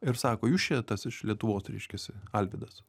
ir sako jūs čia tas iš lietuvos reiškiasi alvydas